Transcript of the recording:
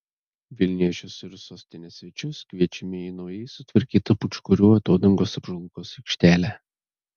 vilniečius ir sostinės svečius kviečiame į naujai sutvarkytą pūčkorių atodangos apžvalgos aikštelę